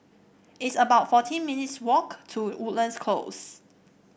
it's about fourteen minutes' walk to Woodlands Close